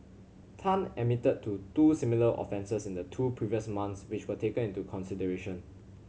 Tan admitted to two similar offences in the two previous months which were taken into consideration